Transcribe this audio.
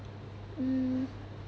um